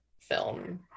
film